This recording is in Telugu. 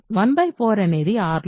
1 4 అనేది R లో లేదు